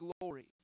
glory